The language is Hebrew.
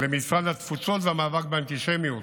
למשרד התפוצות והמאבק באנטישמיות.